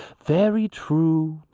very true,